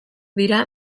dira